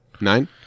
Nine